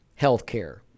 healthcare